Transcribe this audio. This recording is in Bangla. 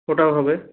ওটাও হবে